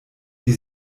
die